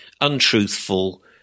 untruthful